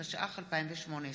התשע"ח 2018,